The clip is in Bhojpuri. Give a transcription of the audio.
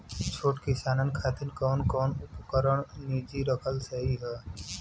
छोट किसानन खातिन कवन कवन उपकरण निजी रखल सही ह?